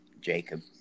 Jacob